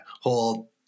whole